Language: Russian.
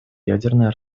ядерное